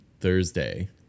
Thursday